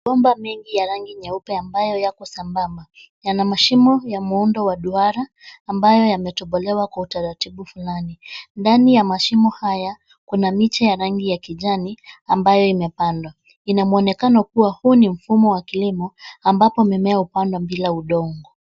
Mabomba mengi ya rangi nyeupe ambayo yako sambamba. Yana mashimo ya muundo wa duara, ambayo yametobolewa kwa utaratibu fulani. Ndani ya mashimo haya, kuna miche ya rangi ya kijani, ambayo imepandwa. Ina muonekano kuwa huu ni mfumo wa kilimo, ambapo mimea hupandwa bila udongo.